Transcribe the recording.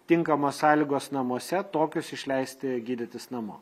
tinkamos sąlygos namuose tokius išleisti gydytis namo